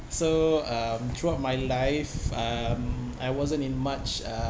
so um throughout my life um I wasn't in much uh